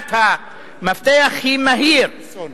מילת המפתח היא "מהיר".